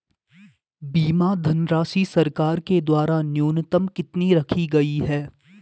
बीमा धनराशि सरकार के द्वारा न्यूनतम कितनी रखी गई है?